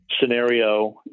scenario